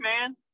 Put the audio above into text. man